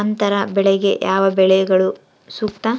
ಅಂತರ ಬೆಳೆಗೆ ಯಾವ ಬೆಳೆಗಳು ಸೂಕ್ತ?